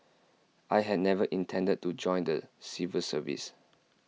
I had never intended to join the civil service